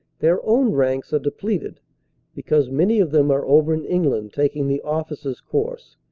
their own ranks are depleted because many of them are over in england taking the officers' course,